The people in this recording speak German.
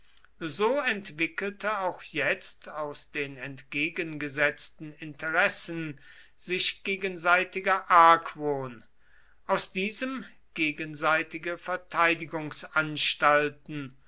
so entwickelte auch jetzt aus den entgegengesetzten interessen sich gegenseitiger argwohn aus diesem gegenseitige